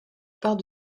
part